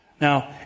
Now